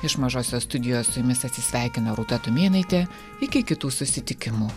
iš mažosios studijos su jumis atsisveikina rūta tumėnaitė iki kitų susitikimų